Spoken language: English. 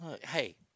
Hey